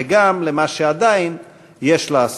וגם למה שעדיין יש לעשות.